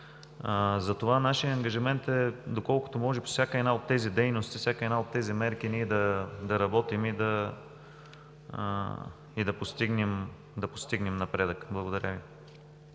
Затова нашият ангажимент е доколкото може по всяка една от тези дейности, по всяка една от тези мерки ние да работим и да постигнем напредък. Благодаря Ви.